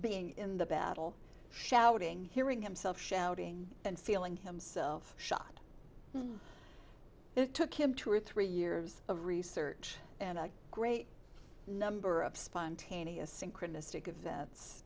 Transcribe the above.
being in the battle shouting hearing himself shouting and feeling himself shot it took him two or three years of research and a great number of spontaneous synchroni